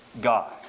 God